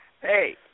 hey